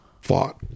fought